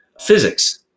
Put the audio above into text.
physics